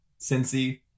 Cincy